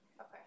Okay